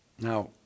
Now